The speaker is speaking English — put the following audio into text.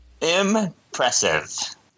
impressive